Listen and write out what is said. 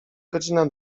godzina